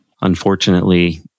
Unfortunately